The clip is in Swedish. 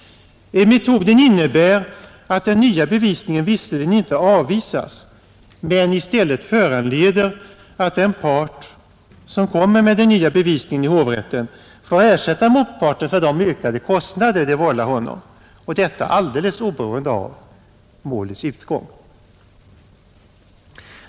Metoden går ut på att den nya bevisningen visserligen inte avvisas men i stället föranleder att den part som kommer med den nya bevisningen i hovrätten får ersätta motparten för de ökade rättegångskostnader det vållar honom, och detta alldeles oberoende av målets utgång.